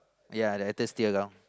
ya the actor still around